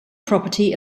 property